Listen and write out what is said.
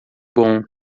bom